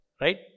Right